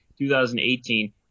2018